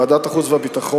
ועדת החוץ והביטחון,